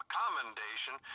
commendation